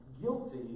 guilty